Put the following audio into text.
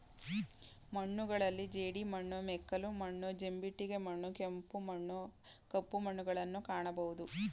ಮಣ್ಣುಗಳಲ್ಲಿ ಜೇಡಿಮಣ್ಣು, ಮೆಕ್ಕಲು ಮಣ್ಣು, ಜಂಬಿಟ್ಟಿಗೆ ಮಣ್ಣು, ಕೆಂಪು ಮಣ್ಣು, ಕಪ್ಪು ಮಣ್ಣುನ್ನು ಕಾಣಬೋದು